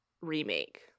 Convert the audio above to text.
remake